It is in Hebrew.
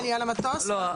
לא.